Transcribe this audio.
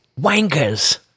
Wankers